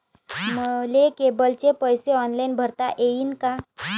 मले केबलचे पैसे ऑनलाईन भरता येईन का?